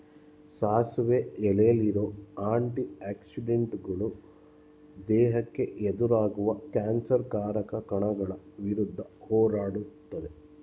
ಸಾಸಿವೆ ಎಲೆಲಿರೋ ಆಂಟಿ ಆಕ್ಸಿಡೆಂಟುಗಳು ದೇಹಕ್ಕೆ ಎದುರಾಗುವ ಕ್ಯಾನ್ಸರ್ ಕಾರಕ ಕಣಗಳ ವಿರುದ್ಧ ಹೋರಾಡ್ತದೆ